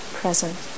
present